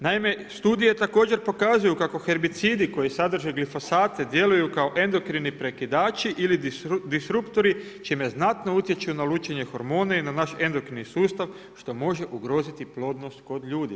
Naime, studija također pokazuju, kako herbicidi koji sadrže glifosate, djeluju kao endokreni prekidači ili distruktori, čime znatno utječu na lučenje hormone i naš endokrini sustav što može ugroziti plodnost kod ljudi.